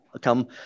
come